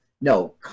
no